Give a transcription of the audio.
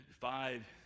five